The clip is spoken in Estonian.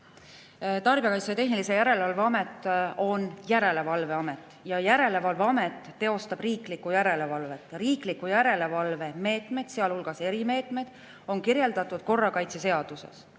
Tarbijakaitse ja Tehnilise Järelevalve Amet on järelevalveamet. Ja järelevalveamet teostab riiklikku järelevalvet. Riikliku järelevalve meetmed, sealhulgas erimeetmed, on kirjeldatud korrakaitseseaduses.